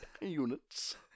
units